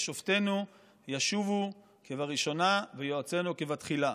ושופטינו ישובו כבראשונה ויועצינו כבתחילה.